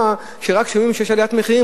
אבל כשרק שומעים שיש עליית מחירים,